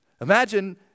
Imagine